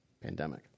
pandemic